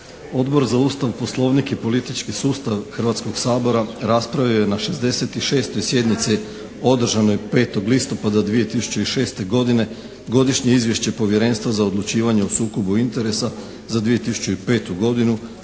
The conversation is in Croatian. Odbor za Ustav, Poslovnik i politički sustav Hrvatskog sabora raspravio je na 66. sjednici održanoj 5. listopada 2006. godine godišnje izvješće Povjerenstva za odlučivanje o sukobu interesa za 2005. godine